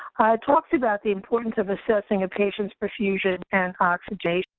i talked about the importance of assessing a patient's perfusion and oxygenation,